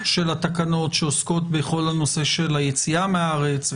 של התקנות שעוסקות בכל הנושא של היציאה מהארץ,